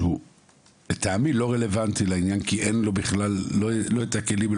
שהוא לטעמי לא רלוונטי לעניין כי אין לו בכלל לא את הכלים,